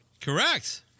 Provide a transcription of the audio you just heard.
Correct